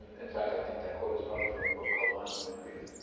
in fact, i think that quote is probably from a book called on human freedom.